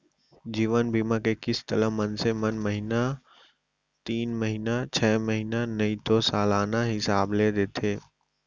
जीवन बीमा के किस्त ल मनसे मन महिना तीन महिना छै महिना नइ तो सलाना हिसाब ले देथे